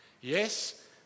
Yes